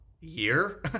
year